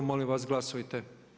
Molim vas glasujte.